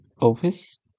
office